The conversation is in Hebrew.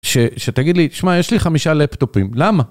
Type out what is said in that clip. שתגיד לי, שמע יש לי חמישה לפטופים, למה?